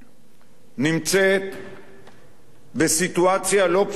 נמצאת בסיטואציה לא פשוטה,